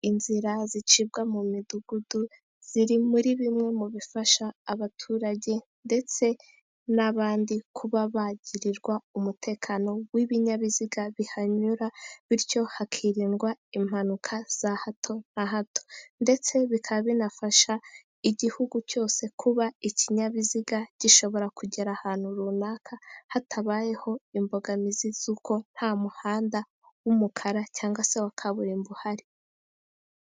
Inzira zicibwa mu midugudu ziri muri bimwe mu bifasha abaturage ndetse n'abandi kuba bagirirwa umutekano w'ibinyabiziga bihanyura ,bityo hakiririndwa impanuka za hato na hato. Ndetse bikaba binafasha igihugu cyose kuba ikinyabiziga gishobora kugera ahantu runaka hatabayeho imbogamizi z'uko nta muhanda w'umukara cyangwa se wa kaburimbo uhari.